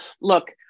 Look